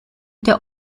der